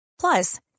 Plus